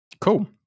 cool